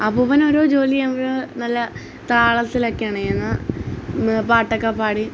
അപ്പുപ്പൻ ഓരോ ജോലി ചെയ്യുമ്പോൾ നല്ല താളത്തിലൊക്കെയാണ് ചെയ്യുന്ന പാട്ടൊക്കെപ്പാടി